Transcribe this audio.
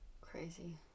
Crazy